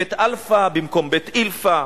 בית-אלפא, במקום בית-אילפא,